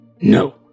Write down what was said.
No